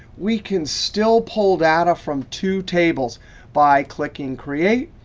we can still pull data from two tables by clicking create.